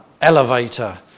elevator